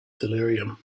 delirium